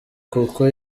kuko